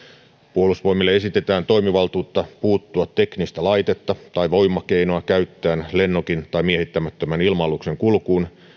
puolustusvoimille esitetään toimivaltuutta puuttua teknistä laitetta tai voimakeinoa käyttäen lennokin tai miehittämättömän ilma aluksen kulkuun